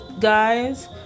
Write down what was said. guys